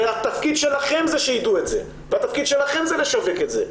התפקיד שלכם זה שיידעו את זה והתפקיד שלכם זה לשווק את זה,